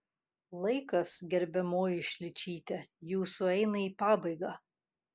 laikas gerbiamoji šličyte jūsų eina į pabaigą